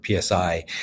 PSI